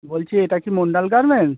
বলছি একটা কি মণ্ডল গার্মেন্টস